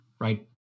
right